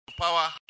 power